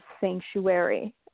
sanctuary